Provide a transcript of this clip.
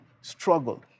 struggle